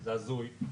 זה הזוי.